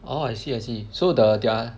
orh I see I see so the their